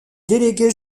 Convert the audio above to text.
délégués